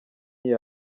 iyo